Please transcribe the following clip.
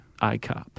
I-C-O-P